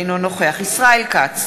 אינו נוכח ישראל כץ,